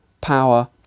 power